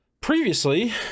Previously